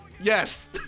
Yes